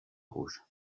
rouge